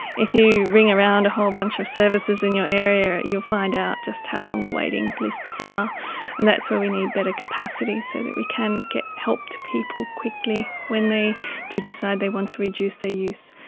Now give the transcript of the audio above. if you ring around a whole bunch of services in your area, you'll find out just how long the waiting lists are and that's where we need better capacity so that we can get help to people quickly when they do decide they want to reduce their use.